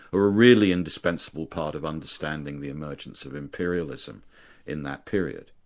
were a really indispensible part of understanding the emergence of imperialism in that period.